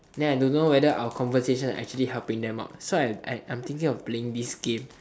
then I don't know whether our conversation actually helping them out so I I I'm thinking of playing this game